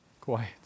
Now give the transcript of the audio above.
quiet